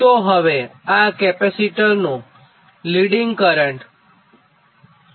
તો હવે આ કેપેસિટરનું લિડીંગ કરંટ છે